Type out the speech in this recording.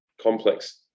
complex